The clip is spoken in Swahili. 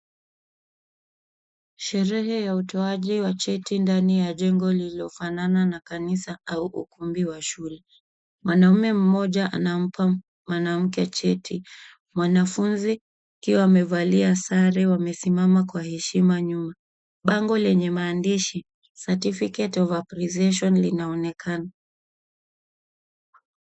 Sherehe ya utoaji wa cheti ndani ya jengo lililofanana na kanisa au ukumbi wa shule. Mwanaume mmoja anampa mwanamke cheti. Wanafunzi wakiwa wamevalia sare wamesimama kwa heshima nyuma. Bango lenye maandishi certificate of appreciation linaonekana.